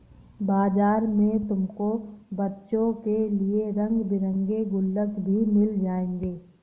बाजार में तुमको बच्चों के लिए रंग बिरंगे गुल्लक भी मिल जाएंगे